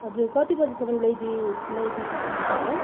हजुर कति बजेसम्म ल्याइदिई ल्याइदिई सक्नु हुन्छ होला है